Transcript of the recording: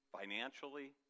financially